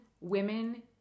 women